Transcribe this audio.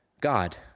God